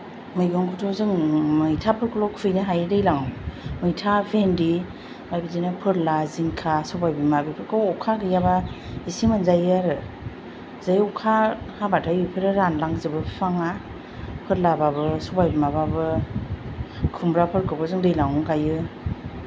मैगंखौथ' जों मैथाफोरखौल' खुबैनो हायो दैलांआव मैथा भिन्दि आरो बिदिनो फोरला जिंखा सबाय बिमा बेफोरखौ अखा गैयाबा इसे मोनजायो आरो जै अखा हाबाथाय बेफोरो रानलांजोबो बिफांआ फोरलाबाबो सबाय बिमाबाबो खुमब्राफोरखौबो जों दैलांआव गायो